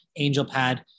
Angelpad